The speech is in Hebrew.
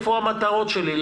מה המטרות שלי,